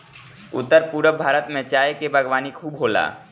उत्तर पूरब भारत में चाय के बागवानी खूब होला